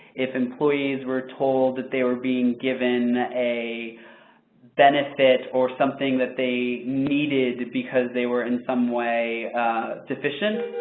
if employees were told that they were being given a benefit or something that they needed because they were in some way sufficient,